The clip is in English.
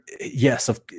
yes